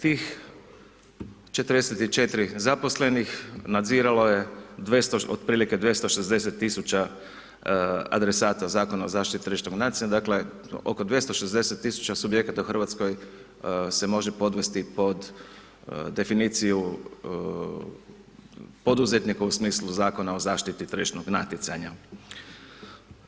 Tih 44 zaposlenih nadziralo je 200, otprilike 260 tisuća adresata Zakona o zaštiti tržišnog natjecanja, dakle oko 260 tisuća subjekata u Hrvatskoj se može podvesti pod definiciju poduzetnika u smislu Zakona o zaštiti tržišnog natjecanja.